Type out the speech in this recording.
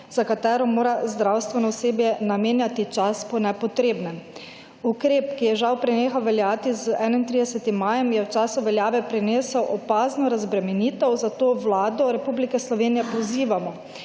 za katero mora zdravstveno osebje namenjati čas po nepotrebnem. Ukrep, ki je žal prenehal veljati z 31. majem, je v času veljave prinesel opazno razbremenitev, zato Vlado Republike Slovenije pozivamo,